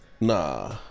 Nah